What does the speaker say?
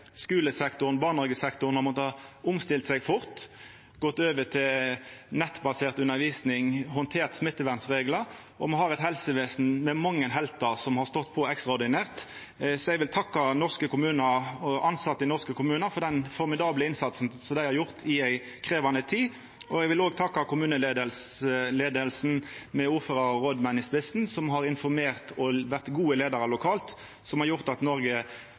Skulesektoren og barnehagesektoren har måtta omstilla seg fort – gått over til nettbasert undervisning og handert smittevernreglar. Me har eit helsevesen som har mange heltar, som har stått på ekstraordinært. Så eg vil takka norske kommunar og tilsette i norske kommunar for den formidable innsatsen dei har gjort i ei krevjande tid. Eg vil òg takka kommuneleiinga, med ordførarar og rådmenn i spissen, som har informert og vore gode leiarar lokalt, som har gjort at Noreg,